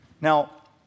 Now